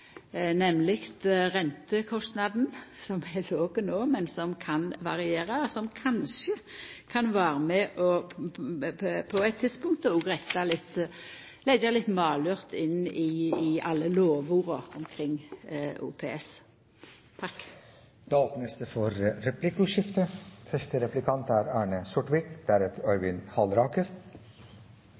nemleg rentekostnaden, som er låg no, men som kan variera, og som kanskje kan vera med på eit tidspunkt og leggja litt malurt inn i alle lovorda kring OPS. Det åpnes for replikkordskifte.